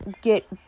get